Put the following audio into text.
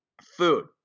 Food